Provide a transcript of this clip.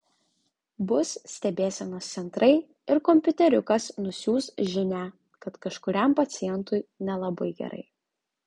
bus stebėsenos centrai ir kompiuteriukas nusiųs žinią kad kažkuriam pacientui nelabai gerai